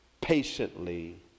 patiently